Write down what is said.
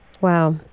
wow